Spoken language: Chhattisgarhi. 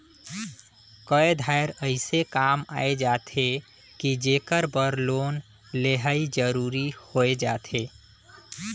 कए धाएर अइसे काम आए जाथे कि जेकर बर लोन लेहई जरूरी होए जाथे